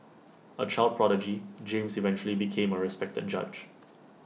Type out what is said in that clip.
A child prodigy James eventually became A respected judge